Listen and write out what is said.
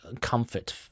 comfort –